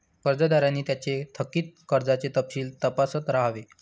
कर्जदारांनी त्यांचे थकित कर्जाचे तपशील तपासत राहावे